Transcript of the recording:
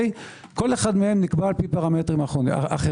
כל אחד מהם נקבע לפי פרמטרים אחרים.